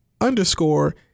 underscore